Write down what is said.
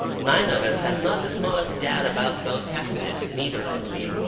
nine of us had not the smallest doubt about those passages, neither, i believe,